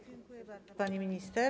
Dziękuję bardzo, pani minister.